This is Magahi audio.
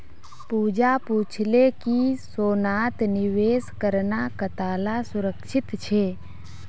पूजा पूछले कि सोनात निवेश करना कताला सुरक्षित छे